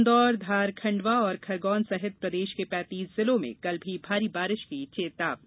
इंदौर धार खंडवा और खरगोन सहित प्रदेश के पैंतीस जिलों में कल भी भारी बारिश की चेतावनी